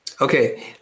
Okay